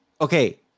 Okay